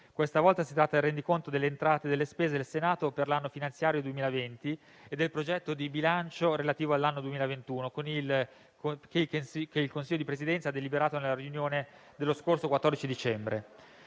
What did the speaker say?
Questa volta si tratta del rendiconto delle entrate e delle spese del Senato per l'anno finanziario 2020 e del progetto di bilancio relativo all'anno 2021 che il Consiglio di Presidenza ha deliberato nella riunione dello scorso 14 dicembre.